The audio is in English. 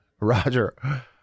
Roger